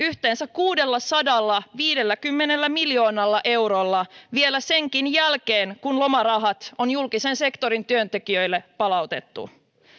yhteensä kuudellasadallaviidelläkymmenellä miljoonalla vielä senkin jälkeen kun lomarahat on julkisen sektorin työntekijöille palautettu